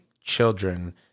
children